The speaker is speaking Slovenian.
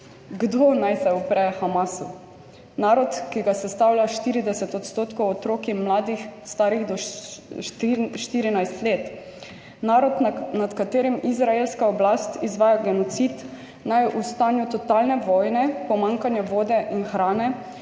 Kdo naj se upre Hamasu? Narod, ki ga sestavlja 40 % otrok in mladih, starih do 14 let. Narod, nad katerim izraelska oblast izvaja genocid, naj v stanju totalne vojne, pomanjkanja vode in hrane